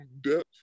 depth